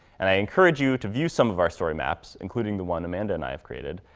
and i encourage you to view some of our story maps, including the one amanda and i have created,